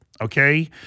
Okay